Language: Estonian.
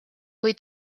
kui